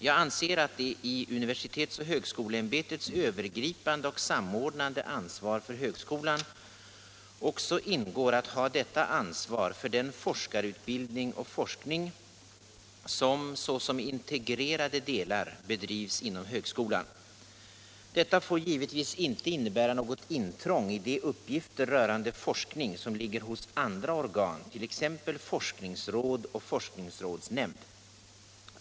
Jag anser att det i universitetsoch högskoleämbetets övergripande och samordnande ansvar för högskolan också ingår att ha detta ansvar för den forskarutbildning och forskning som såsom integrerade delar bedrivs inom högskolan. Detta får givetvis inte innebära något intrång i de uppgifter rörande forskning som ligger hos andra organ, t.ex. forskningsråd och forskningsrådsnämnd.